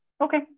Okay